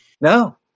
No